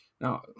Now